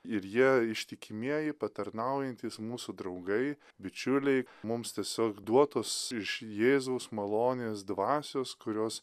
ir jie ištikimieji patarnaujantys mūsų draugai bičiuliai mums tiesiog duotos iš jėzaus malonės dvasios kurios